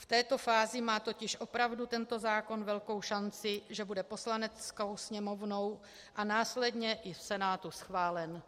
V této fázi má totiž opravdu tento zákon velkou šanci, že bude Poslaneckou sněmovnou a následně i v Senátu schválen.